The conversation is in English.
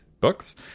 books